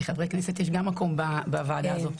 לחברי כנסת יש גם מקום בוועדה הזאת.